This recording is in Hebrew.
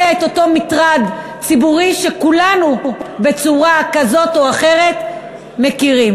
את אותו מטרד ציבורי שכולנו בצורה כזאת או אחרת מכירים.